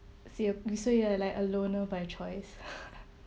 so you so you are like a loner by choice